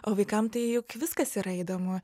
o vaikam tai juk viskas yra įdomu